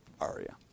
aria